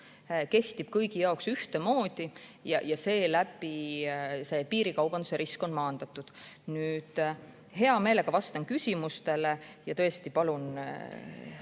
kehtib kõigi jaoks ühtemoodi ja seeläbi on piirikaubanduse risk maandatud. Hea meelega vastan küsimustele. Ja tõesti, palun